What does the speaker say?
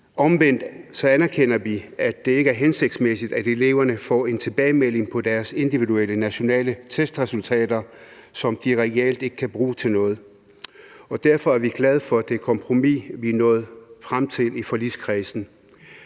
Omvendt anerkender vi, at det ikke er hensigtsmæssigt, at eleverne får en tilbagemelding på deres individuelle nationale testresultater, som de reelt ikke kan bruge til noget, og derfor er vi glade for det kompromis, vi nåede frem til i forligskredsen.